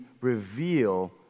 reveal